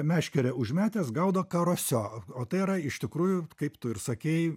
meškere užmetęs gaudo karosio o tai yra iš tikrųjų kaip tu ir sakei